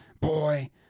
Boy